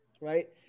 right